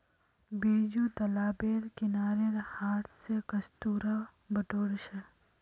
बिरजू तालाबेर किनारेर हांथ स कस्तूरा बटोर छ